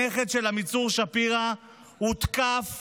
הנכד של עמיצור שפירא, הותקף